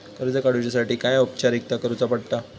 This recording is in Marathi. कर्ज काडुच्यासाठी काय औपचारिकता करुचा पडता?